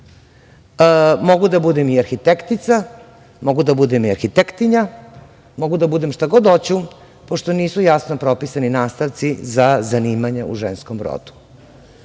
Mogu da budem i arhitektica, mogu da budem i arhitektinja, mogu da budem šta god hoću, pošto nisu jasno propisani nastavci za zanimanja u ženskom rodu. Ako